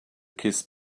kiss